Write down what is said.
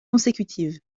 consécutives